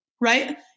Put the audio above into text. Right